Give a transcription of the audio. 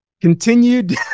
Continued